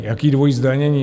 Jaké dvojí zdanění?